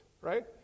right